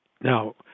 Now